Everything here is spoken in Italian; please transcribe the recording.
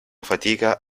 fatica